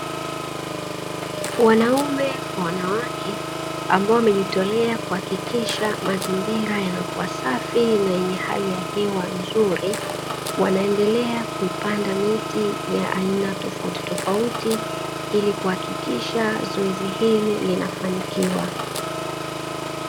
Wanaume wanawake ambao wamejitolea kuhakikisha mazingira yaliyokuwa safi na yenye hali ya hewa nzuri wanaendelea kuipanda miti ya aina tofauti tofauti ili kuhakikisha zoezi hili linafanikiwa.